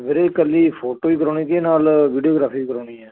ਵੀਰੇ ਇਕੱਲੀ ਫੋਟੋ ਹੀ ਕਰਵਾਉਣੀ ਕਿ ਨਾਲ ਵੀਡੀਓਗ੍ਰਾਫੀ ਵੀ ਕਰਵਾਉਣੀ ਹੈ